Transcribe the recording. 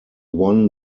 won